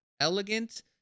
elegant